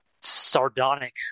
sardonic